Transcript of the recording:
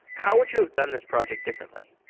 how would you have done this project differently?